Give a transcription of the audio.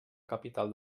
capital